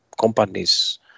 companies